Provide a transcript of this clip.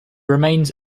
remains